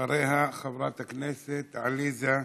אחריה, חברת הכנסת עליזה לביא.